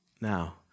Now